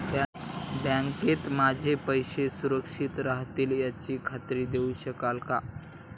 बँकेत माझे पैसे सुरक्षित राहतील याची खात्री देऊ शकाल का?